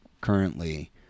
currently